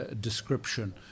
description